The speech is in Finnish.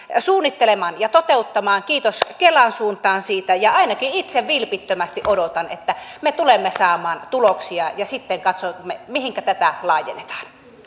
suunnittelemaan ja toteuttamaan kiitos kelan suuntaan siitä ainakin itse vilpittömästi odotan että me tulemme saamaan tuloksia ja sitten katsomme mihinkä tätä laajennetaan